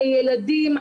לילדים.